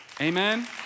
Amen